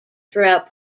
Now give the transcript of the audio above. throughout